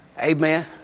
Amen